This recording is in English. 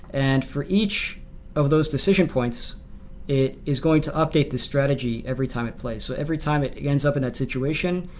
and for each of those decision points it is going to update the strategy every time it plays. so every time it it ends up in that situation,